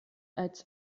als